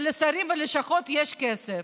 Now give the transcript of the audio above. ולשרים וללשכות יש כסף,